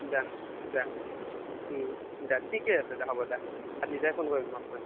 দিয়া দিয়া ঠিকে আছে দিয়া হ'ব দিয়া নিজেই ফোন কৰিম তোমাক মই